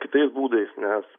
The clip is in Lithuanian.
kitais būdais nes